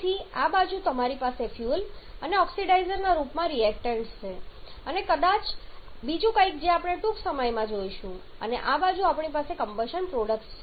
તેથી આ બાજુ તમારી પાસે ફ્યુઅલ અને ઓક્સિડાઈઝરના રૂપમાં રિએક્ટન્ટ્સ છે અને કદાચ બીજું કંઈક જે આપણે ટૂંક સમયમાં જોઈશું અને આ બાજુ આપણી પાસે કમ્બશન પ્રોડક્ટ્સ છે